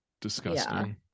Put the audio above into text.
disgusting